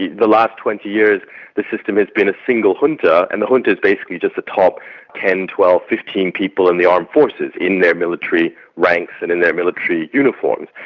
the the last twenty years the system has been a single junta and the junta's basically just the top ten, twelve, fifteen people in the armed forces, in their military ranks and in their military uniforms.